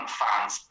fans